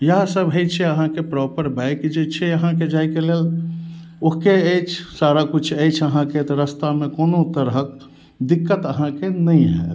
इएह सब होइ छै अहाँके प्रॉपर बाइक जे छै अहाँके जायके लेल ओके अछि सारा कुछ अछि अहाँके तऽ रस्तामे कोनो तरहक दिक्कत अहाँके नहि होयत